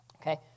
okay